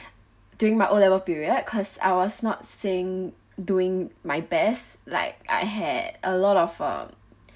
during my O level period cause I was not saying doing my best like I had a lot of uh